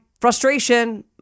frustration